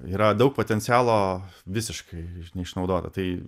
yra daug potencialo visiškai neišnaudota tai